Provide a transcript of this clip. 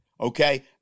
okay